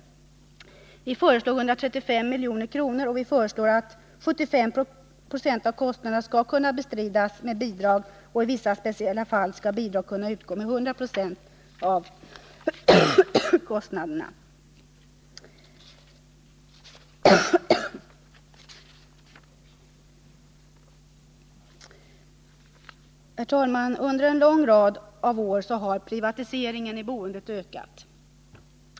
Vi föreslår ett anslag om 135 milj.kr. och menar att 75 26 av kostnaderna skall kunna bestridas med bidrag samt att i vissa speciella fall bidrag skall kunna utgå med 100 96 av kostnaderna. Fru talman! Under en lång rad av år har privatiseringen av boendet ökat.